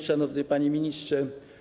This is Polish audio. Szanowny Panie Ministrze!